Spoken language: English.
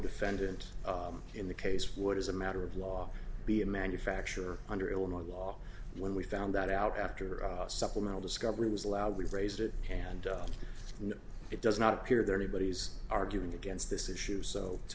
fendant in the case would as a matter of law be a manufacture under illinois law when we found that out after a supplemental discovery was allowed we raised it hand and it does not appear that anybody's arguing against this issue so to